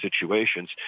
situations